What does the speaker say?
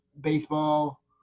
baseball